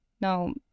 Now